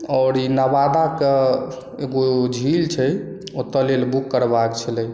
आओर ई नवादा कऽ एगो झील छै ओतऽ लेल बुक करबाक छलै